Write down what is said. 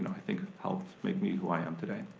i think helped make me who i am today.